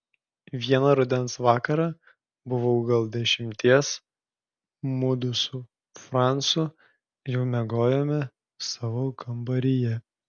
vieną rudens vakarą buvau gal dešimties mudu su francu jau miegojome savo kambaryje